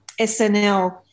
SNL